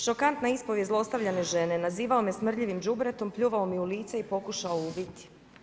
Šokantna ispovijest zlostavljane žene: „Nazivao me smrdljivim đubretom, pljuvao mi u lice i pokušao ubiti.